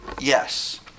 Yes